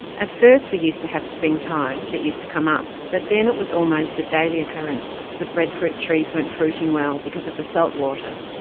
at first we used to have spring tide that used to come up, but then it was almost a daily occurrence. the bread fruit trees weren't fruiting well because of the salt water.